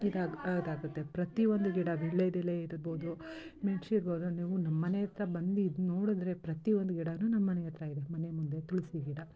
ಈಗ ಆಗುತ್ತೆ ಪ್ರತಿಯೊಂದು ಗಿಡ ವೀಳ್ಯದೆಲೆ ಇರ್ಬೋದು ಮೆಣ್ಸು ಇವಾಗ ನೀವು ನಮ್ಮನೆ ಹತ್ರ ಬಂದು ಇದು ನೋಡಿದ್ರೆ ಪ್ರತಿಯೊಂದು ಗಿಡನೂ ನಮ್ಮನೆ ಹತ್ರ ಇದೆ ಮನೆ ಮುಂದೆ ತುಳಸಿ ಗಿಡ